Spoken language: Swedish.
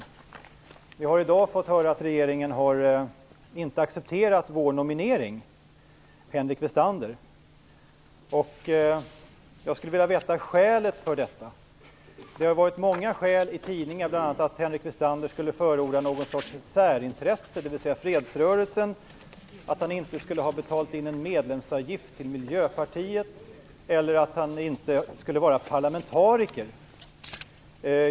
I dag har vi fått höra att regeringen inte har accepterat vår nominering av Henrik Westander. Jag skulle vilja veta skälet till detta. Det har förekommit många skäl i tidningarna, bl.a. att Henrik Westander skulle företräda någon sorts särintresse, dvs. fredsrörelsen, att han inte skulle ha betalt in en medlemsavgift till Miljöpartiet eller att han inte skulle vara parlamentariker.